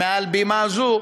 מעל בימה זו,